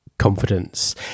confidence